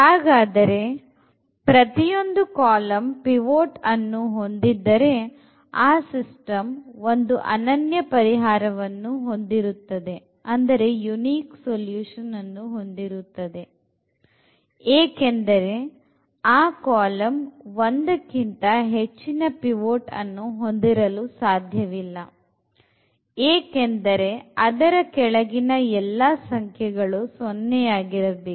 ಹಾಗಾದರೆ ಪ್ರತಿಯೊಂದು column pivot ಅನ್ನು ಹೊಂದಿದ್ದರೆ ಆ ಸಿಸ್ಟಮ್ ಒಂದು ಅನನ್ಯ ಪರಿಹಾರವನ್ನು ಹೊಂದಿರುತ್ತದೆ ಏಕೆಂದರೆ ಆ ಕಾಲ ಒಂದಕ್ಕಿಂತ ಹೆಚ್ಚಿನ ಪಿವೊಟ್ ಹೊಂದಿರಲು ಸಾಧ್ಯವಿಲ್ಲ ಏಕೆಂದರೆ ಅದರ ಕೆಳಗಿನ ಎಲ್ಲ ಸಂಖ್ಯೆಗಳು 0 ಆಗಿರಬೇಕು